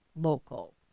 local